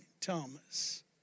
Thomas